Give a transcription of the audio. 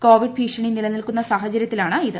Covid ഭീഷണിനിലനിൽക്കുന്ന സ്ട്ഹെചര്യത്തിലാണ് ഇത്